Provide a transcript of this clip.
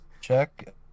Check